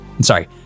Sorry